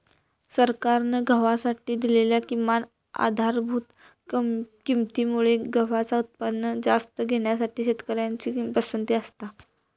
सरकारान गव्हासाठी दिलेल्या किमान आधारभूत किंमती मुळे गव्हाचा उत्पादन जास्त घेण्यासाठी शेतकऱ्यांची पसंती असता